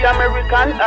American